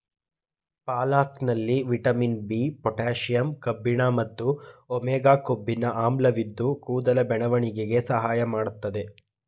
ಪಾಲಕಲ್ಲಿ vitamin B, potassium ಕಬ್ಬಿಣ ಮತ್ತು omega ಕೊಬ್ಬಿನ ಆಮ್ಲವಿದ್ದು ಕೂದಲ ಬೆಳವಣಿಗೆಗೆ ಸಹಾಯ ಮಾಡ್ತದೆ